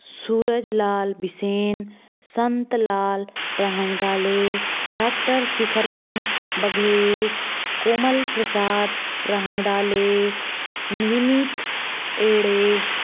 Suraj Lal Bisen Santlal Rahangdale doctor Shikhar Chand Baghel Komal Prasad Rahangdale Vineet Ade